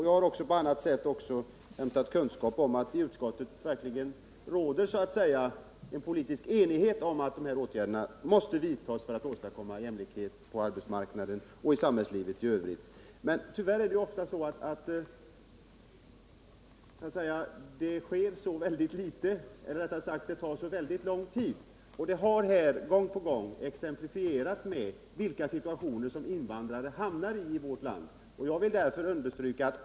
Jag har också på annat sätt inhämtat kunskap om att det i utskottet verkligen råder politisk enhet om att dessa åtgärder måste vidtas för att vi skall åstadkomma jämlikhet på arbetsmarknaden och i samhällslivet i övrigt. Men tyvärr är det ofta så att det sker så väldigt litet eller, rättare sagt, att det tar så väldigt lång tid. Gång på gång har vi fått exempel på vilka situationer invandrare i vårt land hamnar i.